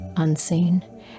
Unseen